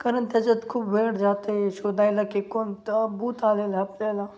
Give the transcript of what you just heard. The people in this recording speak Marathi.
कारण त्याच्यात खूप वेळ जातं आहे शोधायला की कोणतं बूत आलेलं आपल्याला